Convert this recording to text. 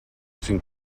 cinc